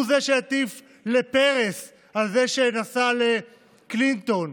הוא זה שהטיף לפרס על זה שנסע לקלינטון,